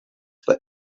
for